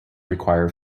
require